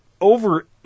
over